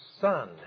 son